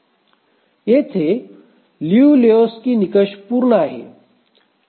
येथे Liu Lehoczky निकष पूर्ण आहे